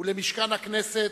ולמשכן הכנסת,